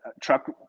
truck